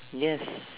yes